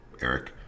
Eric